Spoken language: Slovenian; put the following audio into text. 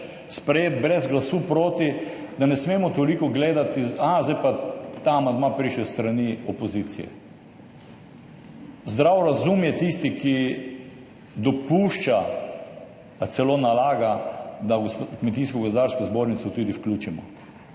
sprejet brez glasu proti, da ne smemo toliko gledati, aha zdaj je pa ta amandma prišel s strani opozicije. Zdrav razum je tisti, ki dopušča ali celo nalaga, da Kmetijsko-gozdarsko zbornico tudi vključimo,